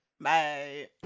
bye